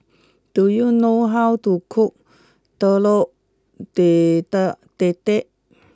do you know how to cook Telur data Dadah